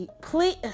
Please